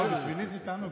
לא, בשבילי זה תענוג.